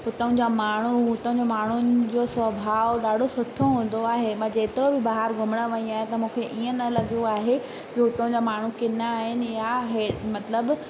हुतां जा माण्हू हुतां जे माण्हुनि जो स्वभाव ॾाढो सुठो हूंदो आहे मां जेतिरो बि ॿाहिरि घुमणु वई आहियां त मूंखे ईअं न लॻो आहे कि उतां जा माण्हू किना आहिनि या ही मतिलबु